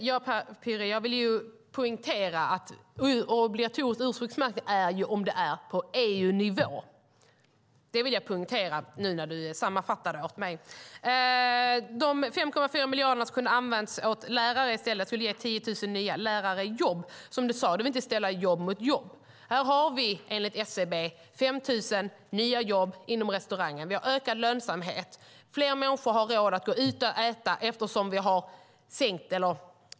Herr talman! Jag vill poängtera att obligatorisk ursprungsmärkning är om det är på EU-nivå. Det vill jag poängtera nu när Pyry Niemi sammanfattade åt mig. Pyry Niemi sade att han inte ville ställa jobb mot jobb men att de 5,4 miljarderna kunde ha använts till 10 000 nya lärarjobb i stället. Här har vi enligt SCB 5 000 nya jobb inom restaurang. Vi har ökad lönsamhet. Fler människor har råd att gå ut och äta.